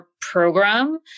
program